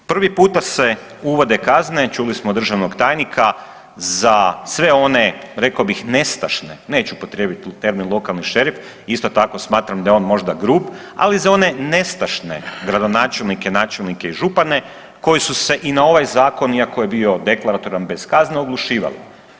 Prvi puta se uvod kazne, čuli smo državnog tajnika za sve one rekao bih nestašne, neću upotrijebiti termin lokalni šerif, isto tako smatram da je on možda grub, ali za one nestašne gradonačelnike, načelnike i župane koji su se i na ovaj zakon iako je bio deklaratoran bez kazne oglušivalo.